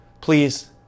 please